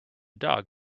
dog